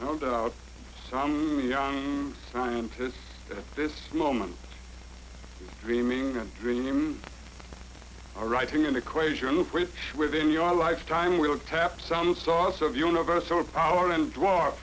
no doubt some young scientists at this moment dreaming and dream are writing an equation of which within your lifetime will cap some sauce of universe or power and draw